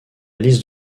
liste